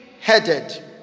headed